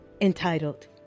entitled